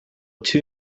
too